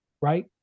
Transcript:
right